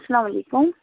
اسلام وعلیکُم